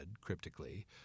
cryptically